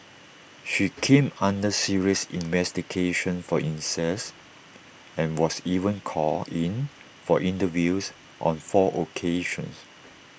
she came under serious investigation for incest and was even called in for interviews on four occasions